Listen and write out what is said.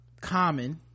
common